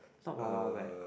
not Wild-Wild-Wet